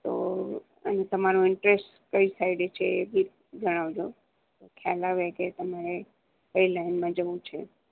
તો અને તમારો ઇન્ટરેસ્ટ કઈ સાઈડે છે એ બી જણાવજો ખ્યાલ આવે કે તમે કઈ લાઈનમાં જવું છે